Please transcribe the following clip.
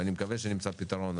ואני מקווה שנמצא פתרון,